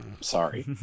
sorry